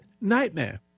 nightmare